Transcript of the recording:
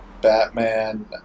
Batman